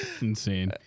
Insane